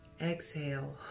exhale